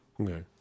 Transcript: okay